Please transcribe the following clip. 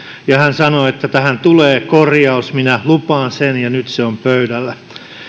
hän sanoi että tähän tulee korjaus minä lupaan sen ja nyt se on pöydällä